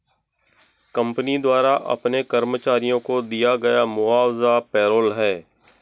company द्वारा अपने कर्मचारियों को दिया गया मुआवजा पेरोल है